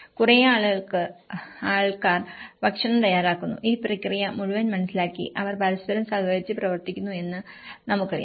കുറെ ആൾക്കാർ ഭക്ഷണം തയ്യാറാക്കുന്നു ഈ പ്രക്രിയ മുഴുവൻ മനസ്സിലാക്കി അവർ പരസ്പരം സഹകരിച്ചു പ്രവർത്തിക്കുന്നു എന്ന് നമുക്കറിയാം